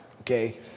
okay